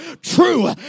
True